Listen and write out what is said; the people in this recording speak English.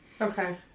Okay